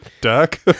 Duck